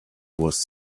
was